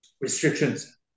Restrictions